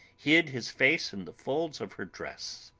hid his face in the folds of her dress.